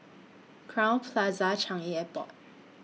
Crowne Plaza Changi Airport